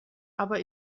aber